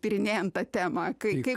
tyrinėjant tą temą kai kaip